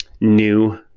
new